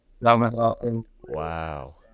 Wow